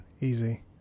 easy